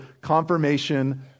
confirmation